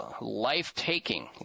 life-taking